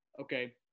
okay